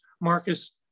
Marcus